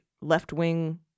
left-wing